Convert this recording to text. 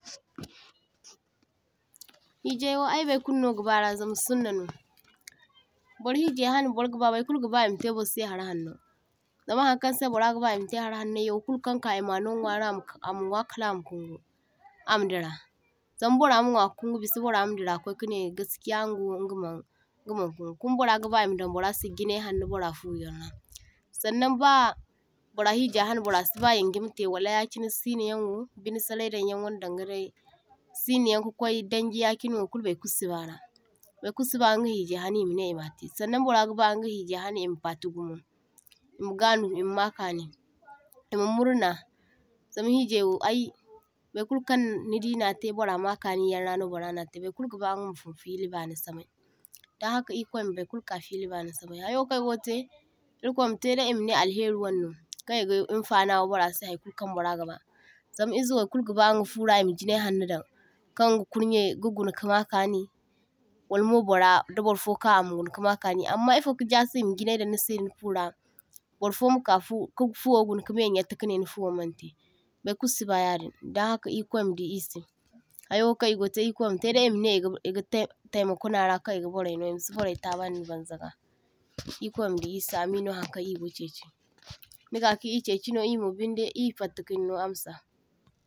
toh - toh Hijai wo ay bar kuluno ga bara zama sunnah no, bar hijai hane bar gaba bar kulu gaba ima te bar se har haŋno, zama hankaŋ se bara gaba ima te har haŋno yau kul kaŋ ka ima no nwari ama k ama nwa kalama kungu ama dira, zam bara ma nwa ka kungu bisi bara ma dira kwai kane gaskiya ingawo inga maŋ inga maŋ kungu, kuma bara gaba ima dan barase jinai hanno bara fu'yan ra. Sannaŋ ba bara hija hane bara siba yanje mate wala yachine sinayaŋ wo, bina sarai daŋyan wane dangadai sinayaŋ ka kwai danji yachin wo kul bai kulu siba bara bar kul si ba inga hija hane imate. Sannaŋ bara gaba anga hija hane ima pati gumo, ima ganu, ima ma kani ,ima murna, zam hijai wo ai barkul kan nidi na te bara ma kani yan ra no bara na te, bar kul gaba inga ma fulfili bani samai, dan haka irkwai ma bar kulu ka fili bani samai. hawo kan ay go te irkwai ma tedai alheri wanno, kaŋ iga infanawa bara se haikulu kan bara gaba, zam izawai kul gaba inga fuwora ima jinai haŋno dan kan inga kurnye ga guna ka ma kani, wal mo bara da barfo ka ama du ka ma kani, amma ifo ga jase ima ginai daŋ nise fura bar fo maka furo ka fuwo guna ka me nyatte tane ni fuwo man te, bar kul siba yadiŋ daŋ haka irkwai ma di ise. Hayo kaŋ igote irkwai mate dai imane iga te iga taimako nara kan iga barai no imasi barai tabandi banzaga, irkwai ma di irse amino ankan igo chechii, nika ka irchechi no imo binde ir fatta kin no amsa.